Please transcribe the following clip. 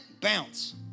Bounce